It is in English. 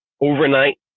overnight